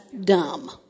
dumb